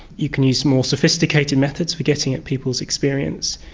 you can use more sophisticated methods for getting at people's experience.